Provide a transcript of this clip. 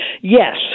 Yes